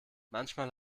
manchmal